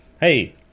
Hey